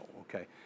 okay